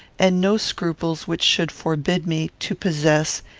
and no scruples which should forbid me, to possess,